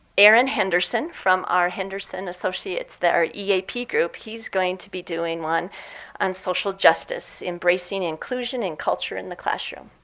aaron henderson from r henderson associates, our eap group, he's going to be doing one on social justice, embracing inclusion and culture in the classroom.